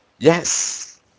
Yes